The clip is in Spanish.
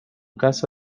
caso